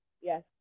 Yes